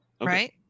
Right